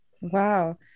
Wow